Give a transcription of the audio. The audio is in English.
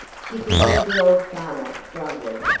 she could hear the old farmer grumbling.